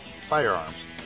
firearms